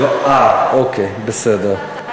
אחד ערב לשני, אה, אוקיי, בסדר.